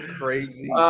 crazy